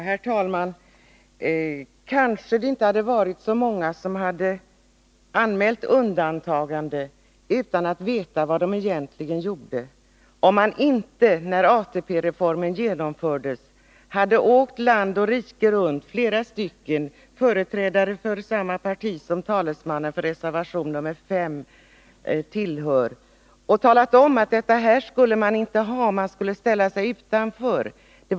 Herr talman! Kanske det inte hade varit så många som anmält undantagande utan att veta vad de egentligen gjorde, om inte flera stycken företrädare för samma parti som talesmannen för reservation 5 tillhör hade åkt land och rike runt, när ATP-reformen skulle genomföras, och talat om att man skulle ställa sig utanför ATP-systemet.